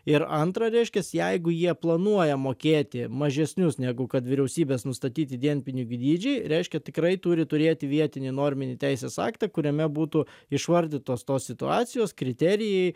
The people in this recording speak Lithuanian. ir antra reiškias jeigu jie planuoja mokėti mažesnius negu kad vyriausybės nustatyti dienpinigių dydžiai reiškia tikrai turi turėti vietinį norminį teisės aktą kuriame būtų išvardytos tos situacijos kriterijai